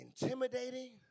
intimidating